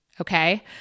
Okay